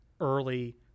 early